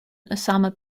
osama